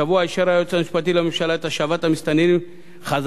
השבוע אישר היועץ המשפטי לממשלה את השבת המסתננים לדרום-סודן.